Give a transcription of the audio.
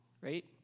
right